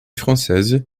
française